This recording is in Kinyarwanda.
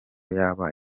yaba